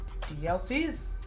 DLCs